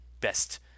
best